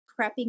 prepping